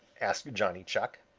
asked johnny chuck.